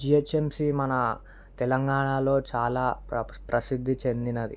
GHMC మన తెలంగాణలో చాలా ప్రసిద్ధి చెందినది